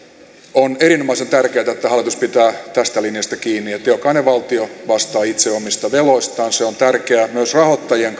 on erinomaisen tärkeätä että hallitus pitää tästä linjasta kiinni että jokainen valtio vastaa itse omista veloistaan se on tärkeää myös rahoittajien